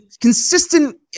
consistent